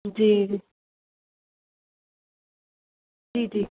जी जी जी